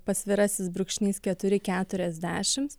pasvirasis brūkšnys keturi keturiasdešims